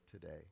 today